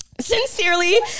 Sincerely